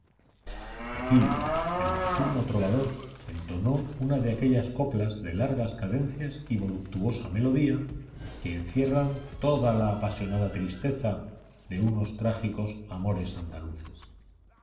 aquí el nocturno trovador entonó una de aquellas coplas de largas cadencias y voluptuosa melodía que encierran toda la apasionada tristeza de unos trágicos amores andaluces